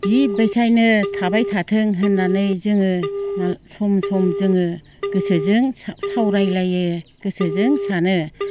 बेबायदिनो थाबाय थाथों होननानै जोङो सम सम जोङो गोसोजों सावराय लायो गोसोजों सानो